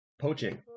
poaching